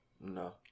No